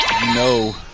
No